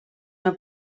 una